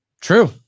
True